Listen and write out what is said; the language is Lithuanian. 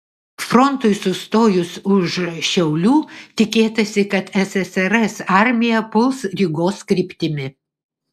frontui sustojus už šiaulių tikėtasi kad ssrs armija puls rygos kryptimi